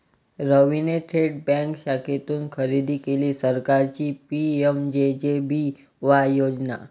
रवीने थेट बँक शाखेतून खरेदी केली सरकारची पी.एम.जे.जे.बी.वाय योजना